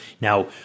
Now